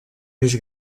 més